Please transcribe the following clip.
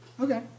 Okay